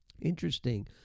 interesting